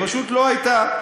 פשוט לא הייתה.